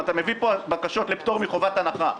אם אתה מביא לפה בקשות לפטור מחובת הנחה,